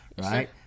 right